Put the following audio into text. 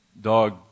dog